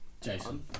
Jason